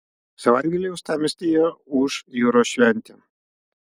savaitgalį uostamiestyje ūš jūros šventė